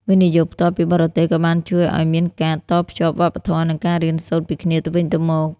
វិនិយោគផ្ទាល់ពីបរទេស ក៏បានជួយឱ្យមានការ "តភ្ជាប់វប្បធម៌" និងការរៀនសូត្រពីគ្នាទៅវិញទៅមក។